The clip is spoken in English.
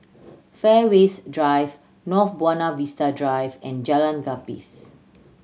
Fairways Drive North Buona Vista Drive and Jalan Gapis